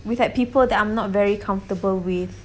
with like people I'm not very comfortable with